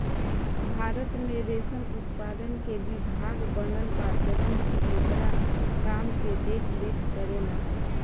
भारत में रेशम उत्पादन के विभाग बनल बा जवन की एकरा काम के देख रेख करेला